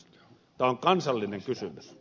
tämä on kansallinen kysymys